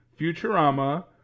Futurama